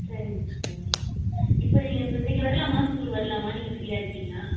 சரிங்க டீச்சர் இப்போ நீங்கள் இப்போ இன்றைக்கு வரலாமா ஸ்கூல் வரலாமா நீங்கள் ஃப்ரீயாக இருப்பீங்களா